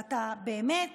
אתה באמת,